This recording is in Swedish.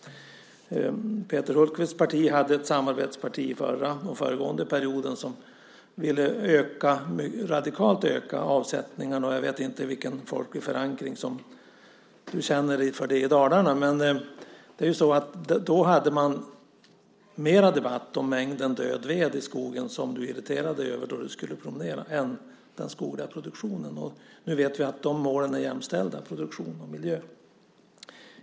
Peter Hultqvists parti hade ett samarbetsparti den föregående perioden som ville öka avsättningarna radikalt. Jag vet inte vilken folklig förankring du känner finns för det i Dalarna. Men då hade man mera debatt om mängden död ved i skogen, som du irriterade dig på då du skulle promenera, än den skogliga produktionen. Nu vet vi att de målen är jämställda, produktion och miljö.